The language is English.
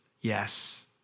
yes